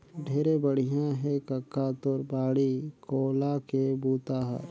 ढेरे बड़िया हे कका तोर बाड़ी कोला के बूता हर